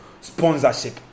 sponsorship